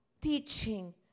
teaching